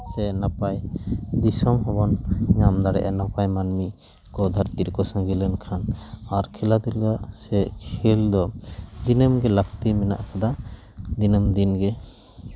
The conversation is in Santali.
ᱥᱮ ᱱᱟᱯᱟᱭ ᱫᱤᱥᱚᱢ ᱦᱚᱸᱵᱚᱱ ᱧᱟᱢ ᱫᱟᱲᱮᱭᱟᱜᱼᱟ ᱱᱟᱯᱟᱭ ᱢᱟᱹᱱᱢᱤ ᱠᱚ ᱫᱷᱟᱹᱨᱛᱤ ᱨᱮᱠᱚ ᱥᱟᱝᱜᱮ ᱞᱮᱱᱠᱷᱟᱱ ᱟᱨ ᱠᱷᱮᱞᱟ ᱫᱷᱩᱞᱟ ᱥᱮ ᱠᱷᱮᱞ ᱫᱚ ᱫᱤᱱᱟᱹᱢ ᱜᱮ ᱞᱟᱹᱠᱛᱤ ᱢᱮᱱᱟᱜ ᱠᱟᱫᱟ ᱫᱤᱱᱟᱹᱢ ᱫᱤᱱᱜᱮ